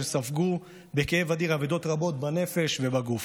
שספגו בכאב אדיר אבדות רבות בנפש ובגוף.